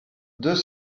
deux